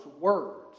words